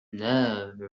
love